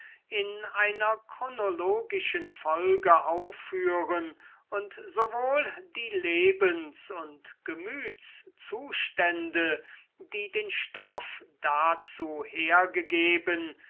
in einer chronologischen folge aufführen und sowohl die lebens und gemütszustände die den stoff dazu hergegeben